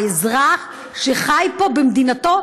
האזרח שחי פה במדינתו,